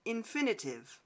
Infinitive